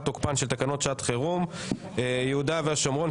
תוקפן של תקנות שעת חירום (יהודה והשומרון,